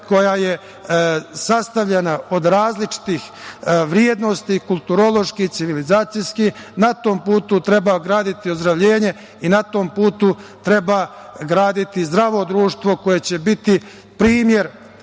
koja je sastavljena od različitih vrednosti, kulturološki i civilizacijski. Na tom putu treba graditi ozdravljenje i na tom putu treba graditi zdravo društvo koje će biti primer